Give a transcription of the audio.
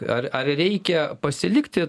ar ar reikia pasilikti